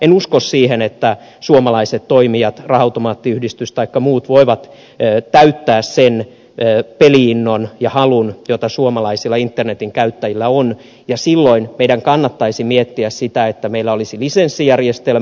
en usko siihen että suomalaiset toimijat raha automaattiyhdistys taikka muut voivat täyttää sen peli innon ja halun joka suomalaisilla internetin käyttäjillä on ja silloin meidän kannattaisi miettiä sitä että meillä olisi lisenssijärjestelmä